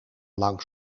langs